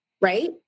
right